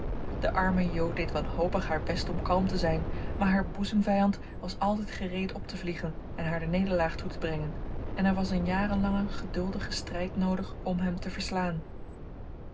de arme jo deed wanhopig haar best om kalm te zijn maar haar boezemvijand was altijd gereed op te vliegen en haar de nederlaag toe te brengen en er was een jarenlange geduldige strijd noodig om hem te verslaan